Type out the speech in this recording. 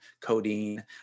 codeine